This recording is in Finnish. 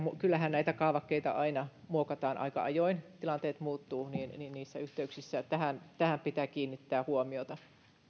kyllähän näitä kaavakkeita aina muokataan aika ajoin kun tilanteet muuttuvat niin niin niissä yhteyksissä tähän pitää kiinnittää huomiota